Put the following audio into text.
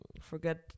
forget